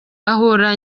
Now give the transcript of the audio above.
ahura